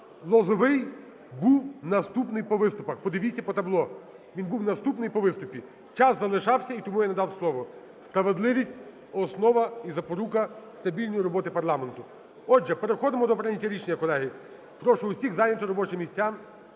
Лозовий був наступний по виступах, подивіться по табло. Він був наступний по виступу. Час залишався, і тому я надав слово. Справедливість – основа і запорука стабільної роботи парламенту. Отже, переходимо до прийняття рішення, колеги. Прошу усіх зайняти робочі місця.